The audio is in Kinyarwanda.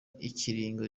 ikiringo